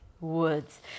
woods